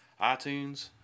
iTunes